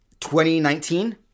2019